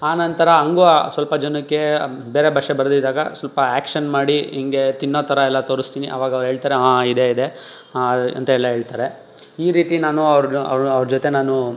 ಆನಂತರ ಹಂಗು ಸ್ವಲ್ಪ ಜನಕ್ಕೆ ಬೇರೆ ಭಾಷೆ ಬರದಿದ್ದಾಗ ಸ್ವಲ್ಪ ಆಕ್ಷನ್ ಮಾಡಿ ಹಿಂಗೆ ತಿನ್ನೋ ಥರ ಎಲ್ಲ ತೋರಿಸ್ತೀನಿ ಆವಾಗ ಅವ್ರು ಹೇಳ್ತಾರೆ ಹಾಂ ಇದೇ ಇದೇ ಹಾಂ ಅಂತೆಲ್ಲ ಹೇಳ್ತಾರೆ ಈ ರೀತಿ ನಾನು ಅವ್ರ್ನು ಅವ್ರ ಜೊತೆ ನಾನು